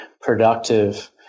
productive